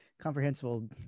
comprehensible